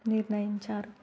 నిర్ణయించారు